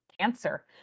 cancer